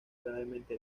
gravemente